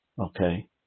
okay